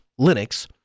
Linux